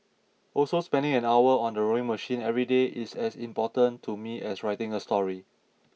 also spending an hour on the rowing machine every day is as important to me as writing a story